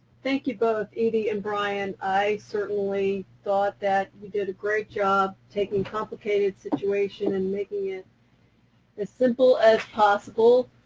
thank you both, edie and bryan. i certainly thought that you did a great job taking a complicated situation and making it as simple as possible.